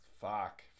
Fuck